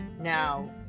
Now